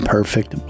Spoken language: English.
Perfect